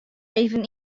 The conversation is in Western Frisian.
even